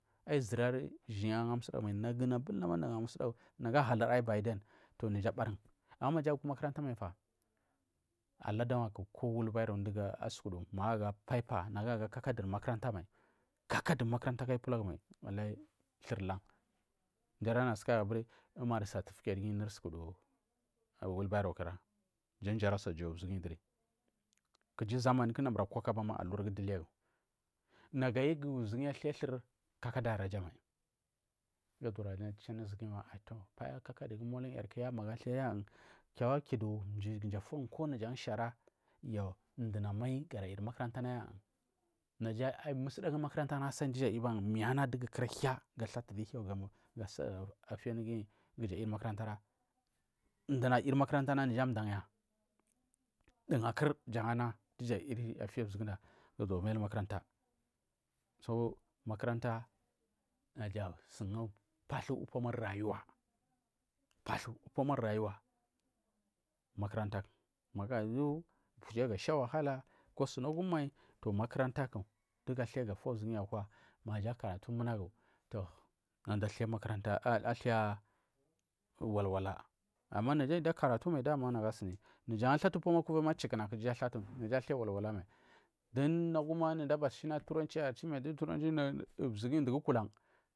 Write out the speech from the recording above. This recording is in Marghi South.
Aiyi zura yishiyi gu anga musdagumai naguna bulnama nafafamusdagu nafu ahkuri aibaden, toh naja abarun ama maja arumakaranta maifa ala dawanku kuwal barraw magu asukwa magu ayi aga paper mai nagu ayi aga kakaduri mankuranta mai, kakaduri makuranta ku ayi upulagumai lali surlan mdu aranu asukagu aburi umari satificate guyira nuri sukudu wulbaro kura, jan jara sayauwa gurgugu duri kiji, zamanku ndumur akwa kuma nafu wiri ndu ligu nagu ayukuzurguyi athaithur lagu anyi aragamai gagiwara chuanu zurfuyi kakadugu moluyarkuya nafu athaima kira gidu mji kuda fiyagu koaku shara, gu mduna amyi ga muliya makaranta naya, asuni musdaguri makarantana duga ga mai gara muliya megu ana ndugu kuda kuda hiya du hiya tutuwu gamuliya gasafiya anuguna umakaranta, mduna ayiri makaranta naga amdanya ndugakur jan ana duga ayiri duja ifiya zurfudana gazuwa mai ahimakaranta, so makaranta naja suga paltu upoma rayuwa paltu upoma rayuwa, makaranta magu ayu ga asha wahala ku sunagumai makarantaku dugu thai gafiya zurguyu akwa maja karatu munagu, toh nagunada thai makaranta walwa ama nafa da karatumai najagu athatu upo isanga kuvayi ma chukunaku jathatu nagathai walwalmai du naguma mada aba shina turanchima dugu kulan.